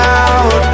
out